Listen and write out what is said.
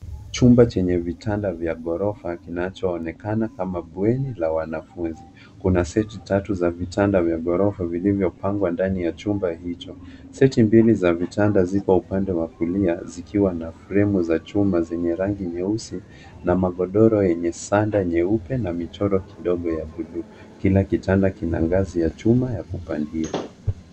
Chumba chenye vitanda vya ghorofa kinachoonekana kama bweni la wanafunzi. Kuna seti tatu za vitanda vya ghorofa vilivyopangwa ndani ya chimba hicho. Seti mbili za vitanda ziko ziko upande wa kulia zikiwa na fremu za chuma zenye rangi nyeusi na magodoro yenye sanda nyeupe na michoro kidogo ya buluu. Kila kitanda kina ngazi ya chuma ya kupandia.